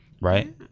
right